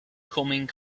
coming